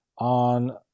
on